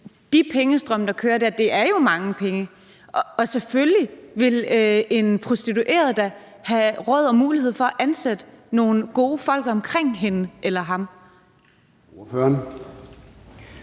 de pengestrømme, der kører dér, involverer jo mange penge, og selvfølgelig ville en prostitueret da have råd til og mulighed for at ansætte nogle gode folk omkring sig. Kl.